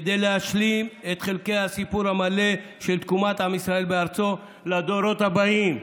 כדי להשלים את חלקי הסיפור המלא של תקומת עם ישראל בארצו לדורות הבאים,